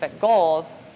goals